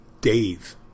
Dave